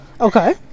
Okay